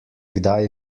kdaj